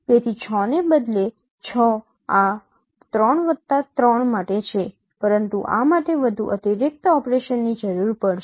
તેથી 6 ને બદલે 6 આ 3 વત્તા 3 માટે છે પરંતુ આ માટે વધુ અતિરિક્ત ઓપરેશનની જરૂર પડશે